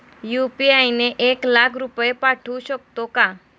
UPI ने एक लाख रुपये पाठवू शकतो का?